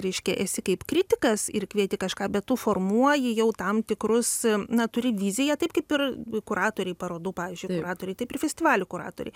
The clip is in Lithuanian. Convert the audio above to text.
reiškia esi kaip kritikas ir kvieti kažką bet tu formuoji jau tam tikrus na turi viziją taip kaip ir kuratoriai parodų pavyzdžiui kuratoriai taip ir festivalių kuratoriai